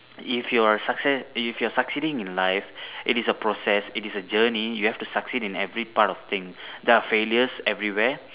if your success if you are succeeding in life it is a process it is a journey you have to succeed in every part of thing there are failures everywhere